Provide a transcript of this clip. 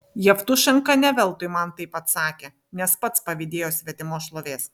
jevtušenka ne veltui man taip atsakė nes pats pavydėjo svetimos šlovės